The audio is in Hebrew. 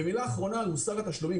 ומילה אחרונה למוסר התשלומים,